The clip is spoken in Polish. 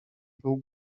był